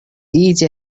each